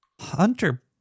Hunter